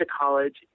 college